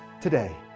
today